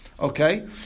Okay